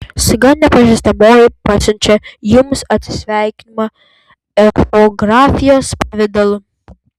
staiga nepažįstamoji pasiunčia jums atsisveikinimą echografijos pavidalu